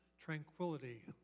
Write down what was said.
tranquility